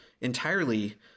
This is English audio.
entirely